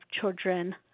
children